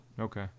Okay